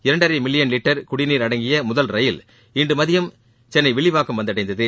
இரண்டரை million litre குடிநீர் அடங்கிய முதல் ரயில் இன்று மதியம் சென்னை வில்லிவாக்கம் வந்தடைந்தது